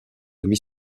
demi